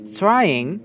trying